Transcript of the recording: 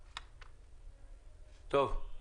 אוקיי.